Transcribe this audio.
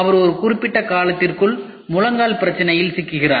அவர் ஒரு குறிப்பிட்ட காலத்திற்குள் முழங்கால் பிரச்சினையில் சிக்குகிறார்